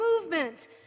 movement